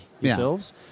yourselves